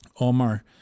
Omar